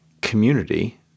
community